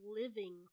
living